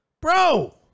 Bro